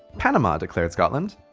panama! declared scotland.